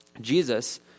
Jesus